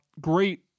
great